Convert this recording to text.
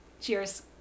Cheers